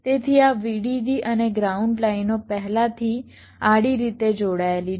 તેથી આ VDD અને ગ્રાઉન્ડ લાઇનો પહેલાથી આડી રીતે જોડાયેલી છે